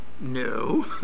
No